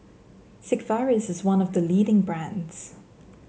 Sigvaris is one of the leading brands